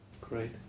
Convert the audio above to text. Great